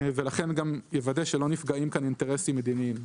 ויוודא שלא נפגעים כאן אינטרסים מדיניים.